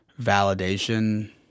validation